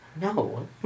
No